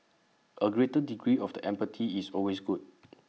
A greater degree of the empty is always good